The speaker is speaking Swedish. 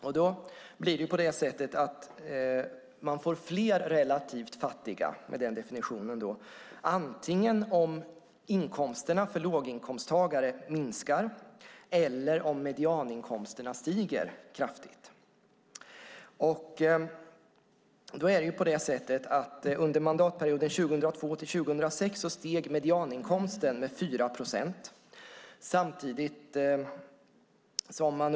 Med den definitionen får man fler relativt fattiga om inkomsterna för låginkomsttagare minskar eller om medianinkomsterna stiger kraftigt. Under mandatperioden 2002-2006 steg medianinkomsten med 4 procent.